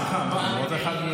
סליחה, ארבעה, עוד אחד.